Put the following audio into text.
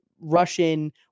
Russian